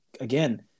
again